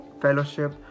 fellowship